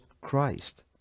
Christ